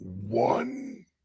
one